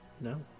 No